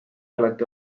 olete